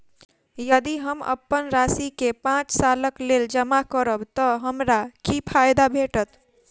यदि हम अप्पन राशि केँ पांच सालक लेल जमा करब तऽ हमरा की फायदा भेटत?